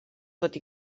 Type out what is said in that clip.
tot